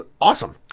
awesome